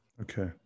Okay